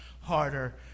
harder